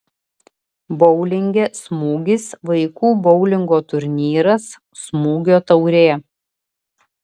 boulinge smūgis vaikų boulingo turnyras smūgio taurė